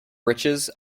riches